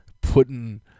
putting